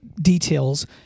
details